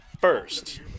first